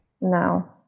No